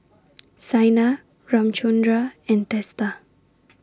Saina Ramchundra and Teesta